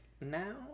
now